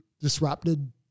disrupted